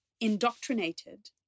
indoctrinated